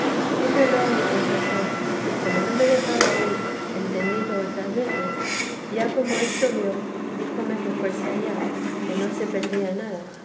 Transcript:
díjelo a mi confesor y como no me dejaba ir entendílo otras veces ya como esto vio díjome que fuese allá que no se perdía nada